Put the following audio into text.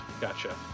Gotcha